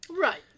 Right